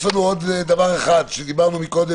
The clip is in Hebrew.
יש לנו עוד דבר אחד שדיברנו עליו קודם,